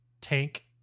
tank